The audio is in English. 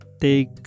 take